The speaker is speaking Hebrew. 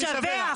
משווע.